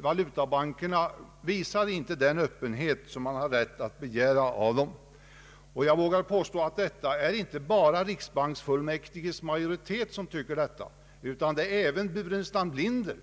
Valutabankerna visar inte den öppenhet man har rätt att begära av dem. Jag vågar påstå att det är inte endast riksbanksfullmäktiges majoritet som anser detta, utan det är även herr Burenstam Linder.